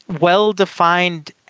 well-defined